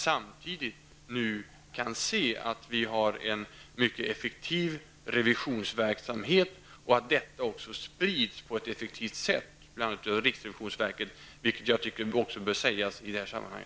Samtidigt kan vi nu se att vi har en mycket effektiv revisionsverksamhet och att detta också sprids på ett effektivt sätt genom riksrevisionsverket, vilket jag också tycker bör sägas i detta sammanhang.